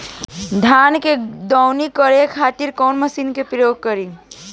धान के दवनी करे खातिर कवन मशीन के प्रयोग करी?